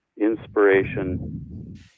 inspiration